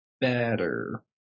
Better